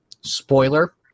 Spoiler